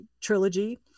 trilogy